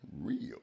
real